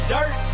Dirt